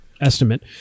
estimate